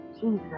Jesus